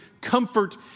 comfort